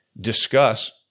discuss